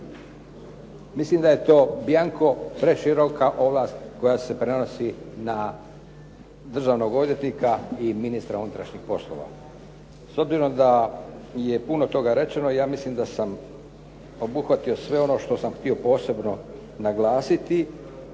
Mislim da je to bianco preširoka ovlast koja se prenosi na državnog odvjetnika i ministra unutrašnjih poslova. S obzirom da je puno toga rečeno ja mislim da sam obuhvatio sve ono što sam htio posebno naglasiti.